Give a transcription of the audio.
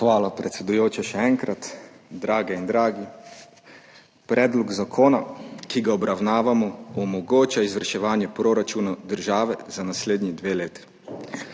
Hvala, predsedujoča, še enkrat. Drage in dragi! Predlog zakona, ki ga obravnavamo, omogoča izvrševanje proračunov države za naslednji dve leti.